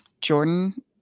Jordan